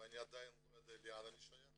ואני עדיין לא יודע לאן אני שייך.